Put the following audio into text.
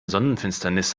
sonnenfinsternis